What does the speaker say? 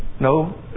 No